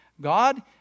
God